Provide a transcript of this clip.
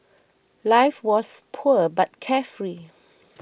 life was poor but carefree